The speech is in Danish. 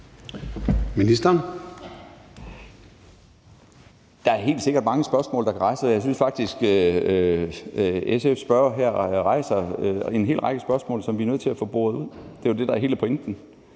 Bødskov): Der er helt sikkert mange spørgsmål, der kan rejses. Jeg synes faktisk, at SF's spørger her rejser en hel række spørgsmål, som vi er nødt til at få boret ud. Det er jo det, der er hele pointen.